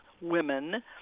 women